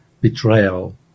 betrayal